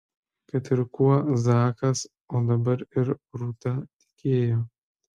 kad ir kuo zakas o dabar ir rūta tikėjo